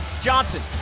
Johnson